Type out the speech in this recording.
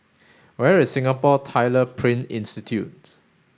where is Singapore Tyler Print Institute